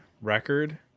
record